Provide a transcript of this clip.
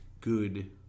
good